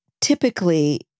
typically